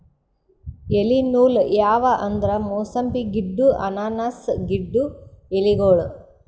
ಎಲಿ ನೂಲ್ ಯಾವ್ ಅಂದ್ರ ಮೂಸಂಬಿ ಗಿಡ್ಡು ಅನಾನಸ್ ಗಿಡ್ಡು ಎಲಿಗೋಳು